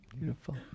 Beautiful